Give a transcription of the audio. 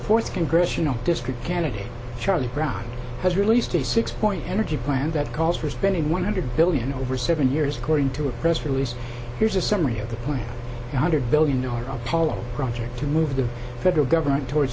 fourth congressional district candidate charlie brown has released a six point energy plan that calls for spending one hundred billion over seven years according to a press release here's a summary of the point one hundred billion dollars apollo project to move the federal government towards